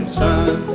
sun